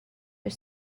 are